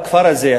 הכפר הזה,